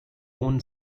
own